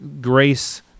Grace